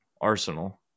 Arsenal